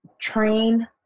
train